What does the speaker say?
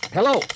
Hello